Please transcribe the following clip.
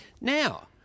Now